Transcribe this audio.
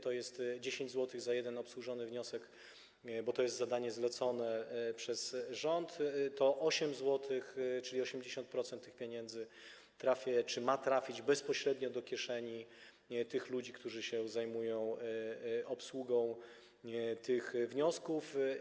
To jest 10 zł za jeden obsłużony wniosek, bo to jest zadanie zlecone przez rząd, czyli 8 zł, a zatem 80% tych pieniędzy, trafia czy ma trafić bezpośrednio do kieszeni ludzi, którzy zajmują się obsługą tych wniosków.